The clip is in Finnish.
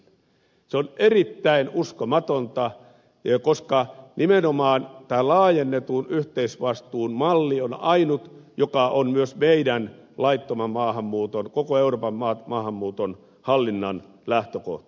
se on erittäin uskomatonta koska nimenomaan tämä laajennetun yhteisvastuun malli on ainut joka on myös koko euroopan laittoman maahanmuuton hallinnan lähtökohta